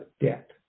debt